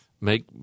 make